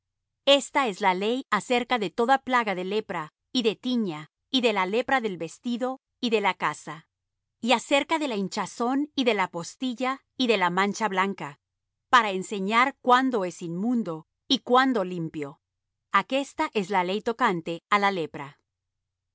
esta es la ley acerca de toda plaga de lepra y de tiña y de la lepra del vestido y de la casa y acerca de la hinchazón y de la postilla y de la mancha blanca para enseñar cuándo es inmundo y cuándo limpio aquesta es la ley tocante á la lepra